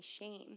shame